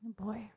boy